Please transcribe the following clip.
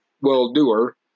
well-doer